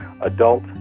adult